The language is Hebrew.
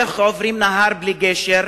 איך עוברים נהר בלי גשר?